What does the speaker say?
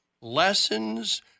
Lessons